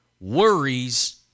worries